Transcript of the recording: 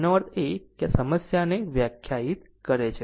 તેનો અર્થ એ કે આ સમસ્યા વ્યાખ્યાયિત કરે છે